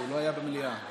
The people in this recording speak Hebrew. אין מתנגדים, אין נמנעים.